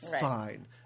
Fine